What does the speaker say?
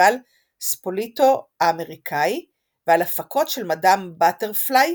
מפסטיבל ספוליטו האמריקאי ועל הפקות של מאדאם באטרפליי